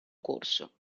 corso